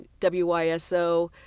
WISO